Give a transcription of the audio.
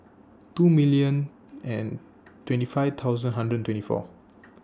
two million and twenty five thousand hundred and twenty four